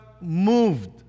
moved